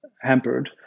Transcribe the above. hampered